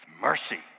mercy